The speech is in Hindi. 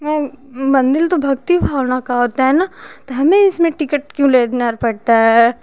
ये मंडिल तो भक्ति भावना का होता है न तो हमें इसमें टिकट क्यों लेना पड़ता है